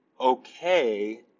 okay